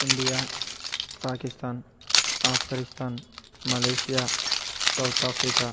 India Pakistan Afghanistan Malaysia South Africa